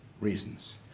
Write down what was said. reasons